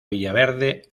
villaverde